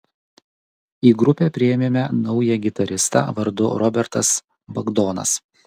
į grupę priėmėme naują gitaristą vardu robertas bagdonas